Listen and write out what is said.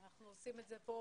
אנחנו עושים את זה פה